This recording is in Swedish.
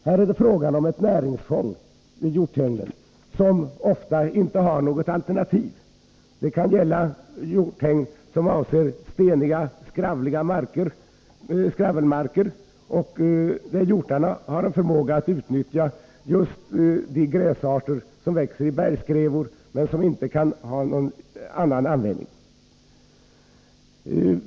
Här är det fråga om ett näringsfång, där man ofta inte har något alternativ. Man uppför hjorthägn på steniga skravelmarker, eftersom hjortarna har en förmåga att utnyttja just de gräsarter som växer i bergsskrevor men som inte har någon annan användning.